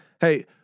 Hey